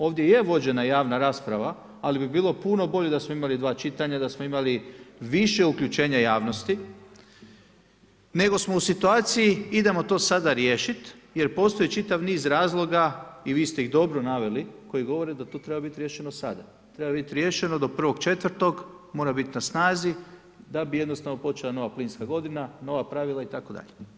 Ovdje je vođena javna rasprava, ali bi bilo puno bolje da smo imali dva čitanja, da smo imali više uključenja javnosti nego smo u situaciji idemo to sada riješiti, jer postoji čitav niz razloga i vi ste ih dobro naveli koji govore da to treba biti riješeno sada, treba biti riješeno do 1.4. mora bit na snazi da bi jednostavno počela nova plinska godina, nova pravila itd.